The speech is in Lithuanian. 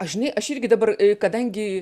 aš žinai aš irgi dabar kadangi